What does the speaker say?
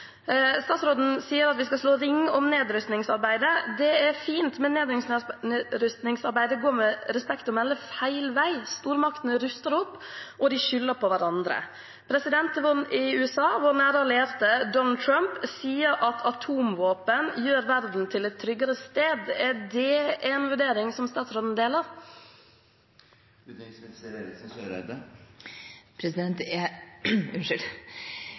Statsråden sier at vi skal slå ring om nedrustningsarbeidet. Det er fint, men nedrustningsarbeidet går, med respekt å melde, feil vei. Stormaktene ruster opp, og de skylder på hverandre. Donald Trump, presidenten i USA, vår nære allierte, sier at atomvåpen gjør verden til et tryggere sted. Er det en vurdering som statsråden deler?